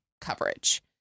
coverage